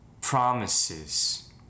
promises